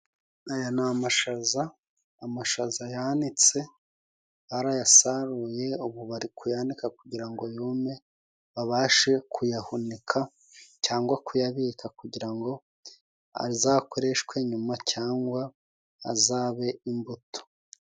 Aha ni amashaza amashaza yanitse, arayasaruye ubu bari ku yanika kugira, ngo yume babashe kuyahunika cyangwa kuyabika kugira , ngo azakoreshwe nyuma cyangwa azabe imbuto.